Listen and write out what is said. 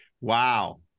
wow